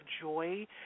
joy